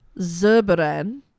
Zerberan